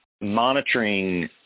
monitoring